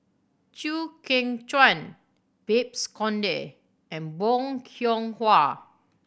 Chew Kheng Chuan Babes Conde and Bong Hiong Hwa